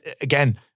Again